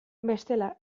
bestela